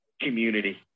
community